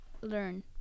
learn